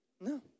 No